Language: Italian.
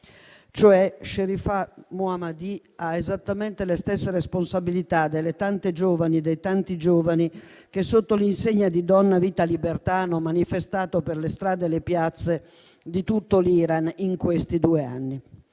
periodo. Sharifeh Mohammadi ha esattamente le stesse responsabilità delle tante giovani e dei tanti giovani che, sotto l'insegna di "Donna, vita, libertà", hanno manifestato per le strade e le piazze di tutto l'Iran in questi due anni.